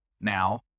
Now